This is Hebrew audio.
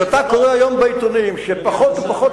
אתה קורא היום בעיתונים שפחות ופחות